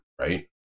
right